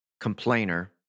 complainer